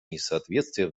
несоответствие